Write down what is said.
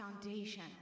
foundation